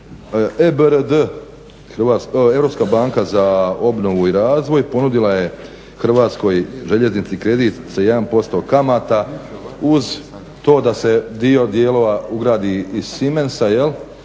EBRD - Europska banka za obnovu i razvoj ponudila je Hrvatskoj željeznici kredit sa 1% kamata uz to da se dio dijelova ugradi iz Siemensa jel',